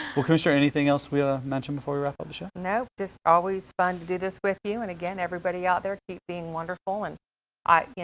well commissioner, anything else we ought to mention before we wrap up the show? no, just always fun to do this with you. and again, everybody out there kept being wonderful. and i, you know,